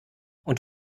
und